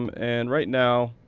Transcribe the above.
um and right now,